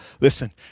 Listen